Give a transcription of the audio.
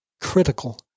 critical